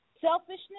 selfishness